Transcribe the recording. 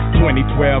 2012